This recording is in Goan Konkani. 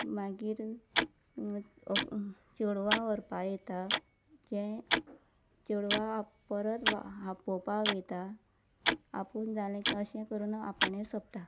मागीर चेडवा व्हरपाक येता जें चेडवा परत वा आपोवपाक वयता आपोवन जालें की अशें करून आपूणें हें सोंपता